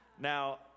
Now